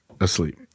asleep